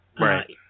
Right